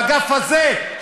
באגף הזה,